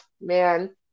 man